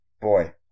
boy